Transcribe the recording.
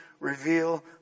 Reveal